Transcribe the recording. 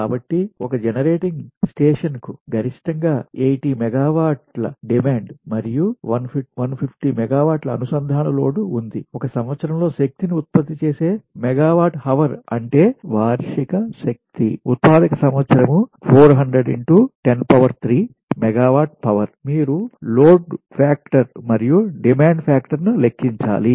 కాబట్టి ఒక జెనరేటింగ్ ఉత్పాదక generating స్టేషన్కు గరిష్టంగా 80 మెగావాట్ల డిమాండ్ మరియు 150 మెగావాట్ల అనుసంధాన లోడ్ ఉంది ఒక సంవత్సరం లో శక్తిని ఉత్పత్తి చేసే మెగావాట్ హవర్ అంటే వార్షిక శక్తి ఉత్పాదక సంవత్సరం 400103 మెగావాట్ హవర్ మీరు లోడ్ ఫాక్టర్ మరియు డిమాండ్ ఫాక్టర్ ను లెక్కించాలి